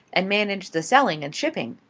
and manage the selling and shipping.